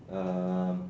um